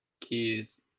keys